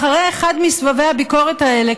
אחרי אחד מסבבי הביקורת האלה,